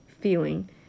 feeling